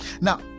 Now